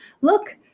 look